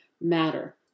matter